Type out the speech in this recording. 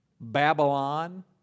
Babylon